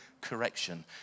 correction